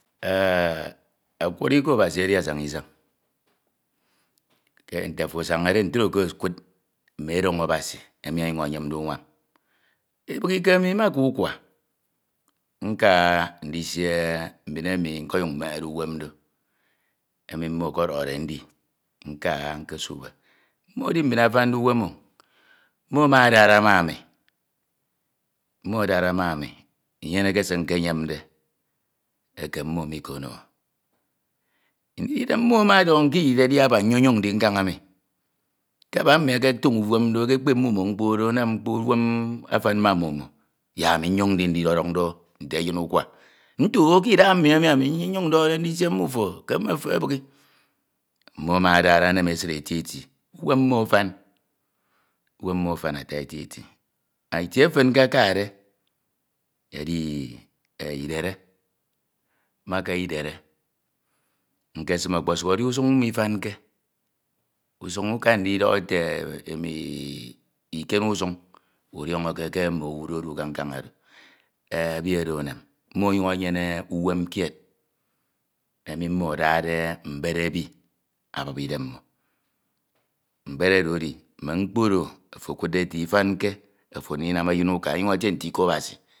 Ọkurọrọ iko Asabi edi asaña isañ, ke nte ofo asañde ntro ke ekud mme rọñ Abasi emi enyuñ eyemde unwam. Ibighike mi maka ukwa, nka ndisie mbin emi nke nyun mmehede uwem do, emi mmo ọkọhọde ndi nka nkasube mmo edi mbin afande uwem o. Mme ama adara ma ami, mmo adara ma ami, inyeneke se nkeyemde eke mmo mike noño. Idem mmo ama ọdọhọ nku dedi aba, nyonyoñ ndi nkan emi. Ke baba mmi eketoño uwem do, ekekpep mmimo mkpo do, anam mkpo afam ma mmimo, yak ami nyoñ ndi ndidọduñ do nte eyin nkwa. Nte oooh ke idaha mmi ami nnyun dọhọde ndisie mmufe ke ebighi. Mmo ama adara enem esid eti eti, uwem mmo afan, uwem mmo afan ata eti eti itie efan nkekade edi- i idere maka idere nkesum, okposuk edi nsuñ mifanke. Usuñ udiọñọke ke mme owu do edu ke nkan oro. E bi oro enem mmo ọnyuñ mmo enyene uwem kied emi mmo adade mbed ebi abie idem mmo. Mbed oro mme mkpo oro ekude ete ifanke ofo ndinnam eyin uka ọngun etie nte iko Abasi, usipke ukud obubid akade do ete aka ndimum owu, mmo ada mbed idem mmo abiep idem mmo uka ukanam idiok mkpo do. Mmo isanke fin iyak o, mmo afan uwem eti eti. Ikene Item mmo, ọmọduñ do ke inube ma ke ewem. Mmo eda kpukpnu owu nte etu do. Me etu Ibibi, me etu unebe, usim do, mmo. se mmo anamde ọnyuñ ekiene anam ukam oro. ọwu isarike owu do ke nkan oro. Mma saña isan, mma saña isan ideme akpatre itie ntude emi nyoñ ndi. Ọkpọtọ, ọkpoto edi ebi, edi edu mmo, mmo enyene nkuri eti eti emi mmo oduñde adina unehe. Mmo eneyene nkame nte mbin unebe, emekeme ndika, mmo ekeme ndibra fin nibra e mi edide udiọñọke utu unyuñ ekfad mfo asana, Siak mmo enyene umem umebe, mmo ọnyuñ adia mkpo ma unehe Nte itie iba oro mbadde oro, mmo edi nnyin, mmo ọnyuñ etie nte nnyin ewu itiede, owu isarike owu. Ke nyene uwem eke afande, adia se ofo amade, ini amade ke onyoñ. Ibọhọke onyuñ ọdọhọ imo nyanke ndinyene ufan, ofo etie ikpoñ. Unyene ufan, itie ufan mfo edukde emenyene wuen ndiduk owu idọbọke ke nkan emi owu ideikke, nkam emi owu idukke, menyene unem. Ndim itie ita oro, eke mbin ọkpọtọ oro enyene de uwem unebe do, eside mkpo emi nsiyem ndika do, ana nyane ekap ọfọn emi ọtuñọde. Nnana nna ma se nke kinmade, nsiehe nnim, usi unim utu udi, ubep eme owu, akpan akpan uyọho una ana ntro nte utu udi ekpad asad. Unyoñ ọsọñ nte usañade unyoñi. Nte isañ mmi ke itie ita oro ma itiok ndade ntu itie ita oro edi oro